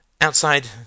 Outside